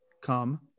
come